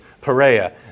Perea